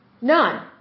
None